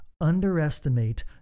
underestimate